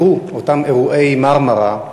אירעו אותם אירועי "מרמרה"